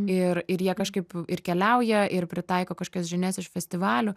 ir ir jie kažkaip ir keliauja ir pritaiko kažkokias žinias iš festivalių